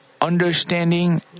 understanding